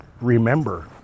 remember